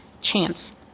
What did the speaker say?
chance